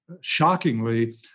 shockingly